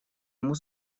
ему